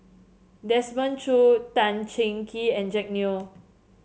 Desmond Choo Tan Cheng Kee and Jack Neo